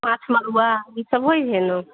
माछ मरुआ ई सभ होइ हे ने